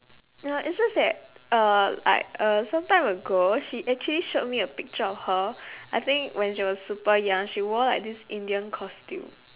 no it's just that uh like uh sometime ago she actually showed me a picture of her I think when she was super young she wore like this indian costume